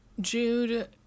jude